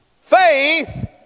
faith